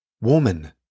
Woman